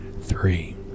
three